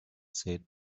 said